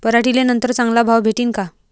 पराटीले नंतर चांगला भाव भेटीन का?